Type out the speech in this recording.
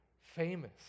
famous